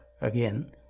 again